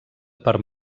per